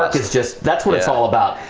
it's just that's what it's all about.